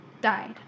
died